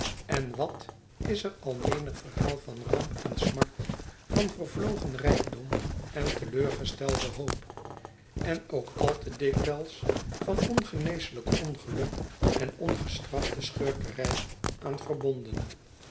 en wat is er al menig verhaal van ramp en smart van vervlogen rijkdom en teleurgestelde hoop en ook maar al te dikwijls van ongeneselijk ongeluk en ongestrafte schurkerij aan verbondenl